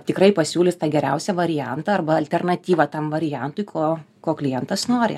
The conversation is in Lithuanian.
tikrai pasiūlys tą geriausią variantą arba alternatyvą tam variantui ko ko klientas nori